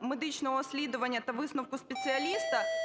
медичногоосвідування та висновку спеціаліста,